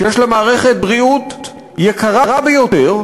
שיש לה מערכת בריאות יקרה ביותר,